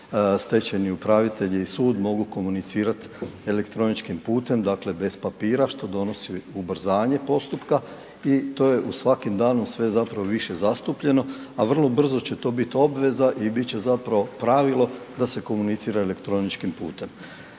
stečajni upravitelji i sud mogu komunicirat elektroničkim putem, dakle bez papira što donosi ubrzanje postupka i to je u svakim danom sve zapravo više zastupljeno, a vrlo brzo će to biti obveza i bit će zapravo pravilo da se komunicira elektroničkim putem.